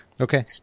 Okay